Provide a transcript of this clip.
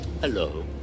Hello